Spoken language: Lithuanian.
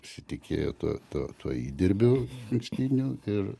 pasitikėjo tuo tuo tuo įdirbiu ankstiniu ir